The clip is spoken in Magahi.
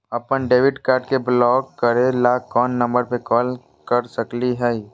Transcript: अपन डेबिट कार्ड के ब्लॉक करे ला कौन नंबर पे कॉल कर सकली हई?